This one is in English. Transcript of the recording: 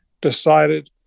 decided